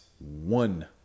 one